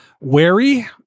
wary